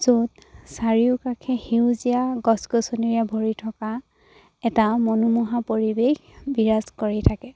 য'ত চাৰিওকাাষে সেউজীয়া গছ গছনিৰে ভৰি থকা এটা মনোমোহা পৰিৱেশ বিৰাজ কৰি থাকে